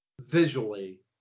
visually